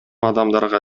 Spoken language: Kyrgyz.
адамдарга